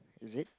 is it